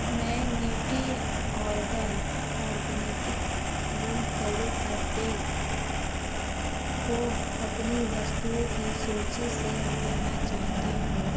मैं nutri organ organic मूँगफ़ली का तेल को अपनी वस्तुओं की सूची से हटाना चाहता हूँ